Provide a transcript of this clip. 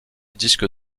disque